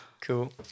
cool